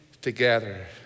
together